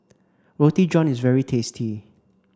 Roti John is very tasty